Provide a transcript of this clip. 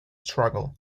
struggle